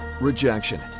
rejection